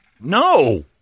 No